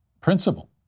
principle